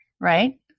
right